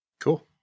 Cool